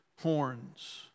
horns